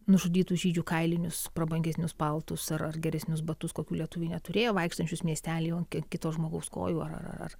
nužudytų žydžių kailinius prabangesnius paltus ar ar geresnius batus kokių lietuviai neturėjo vaikštančius miestelyj ant kito žmogaus kojų ar